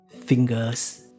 fingers